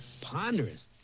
Ponderous